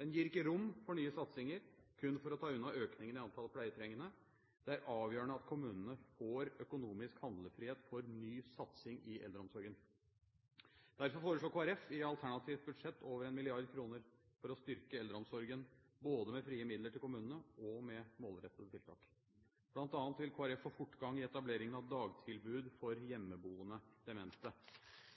Den gir ikke rom for nye satsinger, kun for å ta unna økningen i antall pleietrengende. Det er avgjørende at kommunene får økonomisk handlefrihet for ny satsing i eldreomsorgen. Derfor foreslår Kristelig Folkeparti i alternativt budsjett over 1 mrd. kr for å styrke eldreomsorgen både med frie midler til kommunene og med målrettede tiltak. Blant annet vil Kristelig Folkeparti få fortgang i etableringen av dagtilbud for hjemmeboende demente.